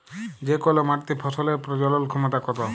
যে কল মাটিতে ফসলের প্রজলল ক্ষমতা কত